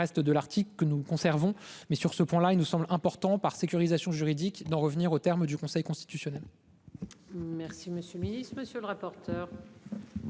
sur le reste de l'article que nous conservons mais sur ce point là, il nous semble important par sécurisation juridique d'en revenir au terme du Conseil constitutionnel.